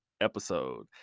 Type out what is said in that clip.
episode